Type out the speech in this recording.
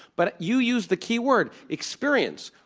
but you use the keyword, experience.